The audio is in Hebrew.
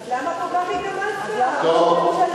אז למה כל כך התאמצת, ראש הממשלה?